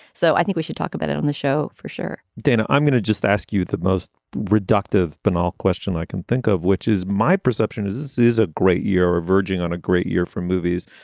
so i think we should talk about it on the show for sure dana, i'm going to just ask you the most reductive, banal question i can think of, which is my perception is this is a great year ah verging on a great year for movies.